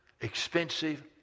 expensive